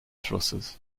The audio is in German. flusses